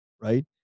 right